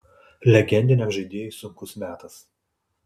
legendiniam žaidėjui sunkus metas